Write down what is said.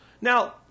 Now